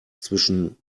zwischen